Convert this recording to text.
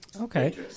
Okay